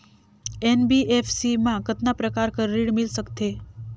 NBFC मा कतना प्रकार कर ऋण मिल सकथे?